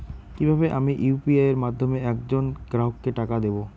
কিভাবে আমি ইউ.পি.আই এর মাধ্যমে এক জন গ্রাহককে টাকা দেবো?